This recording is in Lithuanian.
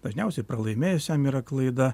dažniausiai pralaimėjusiam yra klaida